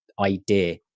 idea